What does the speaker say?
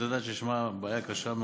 את יודעת שיש שם בעיה קשה מאוד,